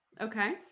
okay